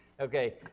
okay